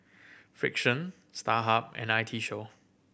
Frixion Starhub and I T Show